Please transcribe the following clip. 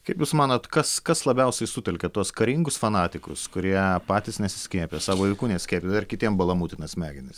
kaip jūs manot kas kas labiausiai sutelkia tuos karingus fanatikus kurie patys nesiskiepija savo vaikų neskiepija ir kitiem balamutina smegenis